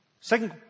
Second